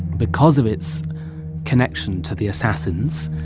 because of its connection to the assassins,